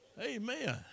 Amen